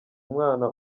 umwana